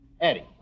Eddie